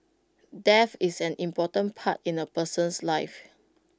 death is an important part in A person's life